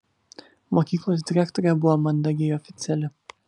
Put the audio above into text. mokyklos direktorė buvo mandagiai oficiali